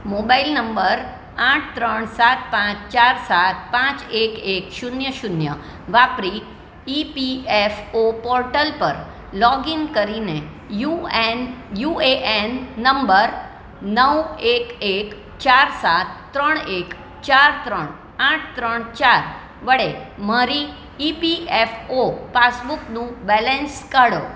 mobile number આઠ ત્રણ સાત પાંચ ચાર સાત પાંચ એક એક શૂન્ય શૂન્ય વાપરી ઇપીએફઓ પોર્ટલ પર લોગિન કરીને યુએન યુએએન નંબર નવ એક એક ચાર સાત ત્રણ એક ચાર ત્રણ આઠ ત્રણ ચાર વડે મારી ઇપીએફઓ પાસબુકનું બેલેન્સ કાઢો